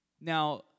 Now